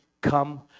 come